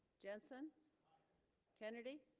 jensen kennedy